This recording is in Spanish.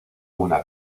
una